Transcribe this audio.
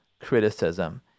criticism